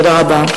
תודה רבה.